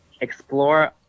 explore